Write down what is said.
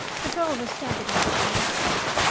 the girl was dogged enough by that time.